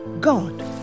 God